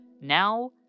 now